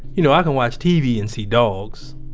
you know, i can watch tv and see dogs,